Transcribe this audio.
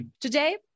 Today